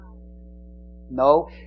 No